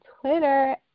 Twitter